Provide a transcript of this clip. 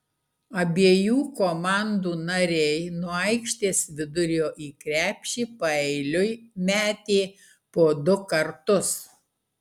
abiejų komandų nariai nuo aikštės vidurio į krepšį paeiliui metė po du kartus